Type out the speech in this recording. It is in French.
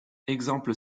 exemple